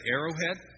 Arrowhead